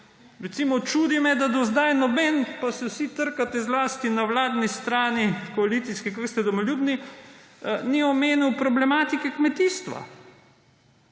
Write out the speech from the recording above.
Recimo, čudi me, da do zdaj noben – pa se vsi trkate, zlasti na vladni strani, koalicijski, kako ste domoljubni – ni omenil problematike kmetijstva.